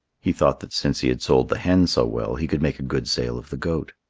he thought that since he had sold the hen so well, he could make a good sale of the goat.